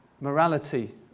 morality